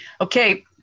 okay